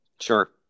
Sure